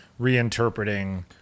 reinterpreting